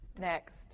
Next